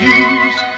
use